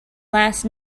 last